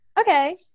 okay